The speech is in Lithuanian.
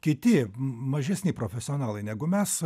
kiti mažesni profesionalai negu mes